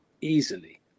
easily